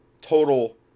total